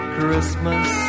Christmas